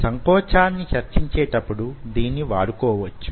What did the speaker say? సంకోచాన్ని చర్చించేటప్పుడు దీనిని వాడుకోవచ్చు